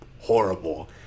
horrible